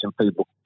people